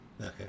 Okay